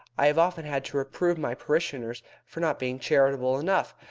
i have often had to reprove my parishioners for not being charitable enough,